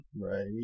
right